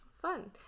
Fun